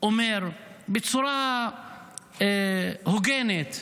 אומר בצורה הוגנת: